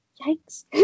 Yikes